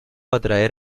atraer